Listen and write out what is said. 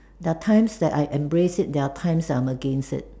there are times that I embrace it there are times that I'm against it